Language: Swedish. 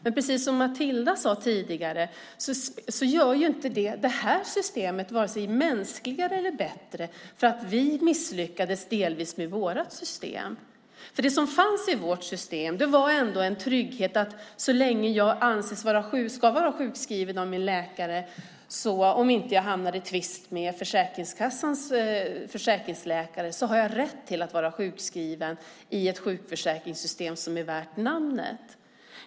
Men precis som Matilda sade tidigare gör det inte det här systemet vare sig mänskligare eller bättre att vi delvis misslyckades med vårt system. Det som fanns i vårt system var ändå tryggheten att jag så länge jag anses ska vara sjukskriven av min läkare, om inte jag hamnar i tvist med Försäkringskassans försäkringsläkare, har rätt att vara sjukskriven i ett sjukförsäkringssystem som är värt namnet.